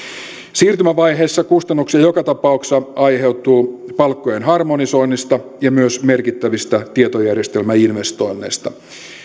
siirtymävaiheessa kustannuksia joka tapauksessa aiheutuu palkkojen harmonisoinnista ja myös merkittävistä tietojärjestelmäinvestoinneista